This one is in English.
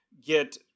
get